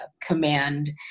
command